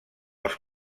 els